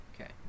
Okay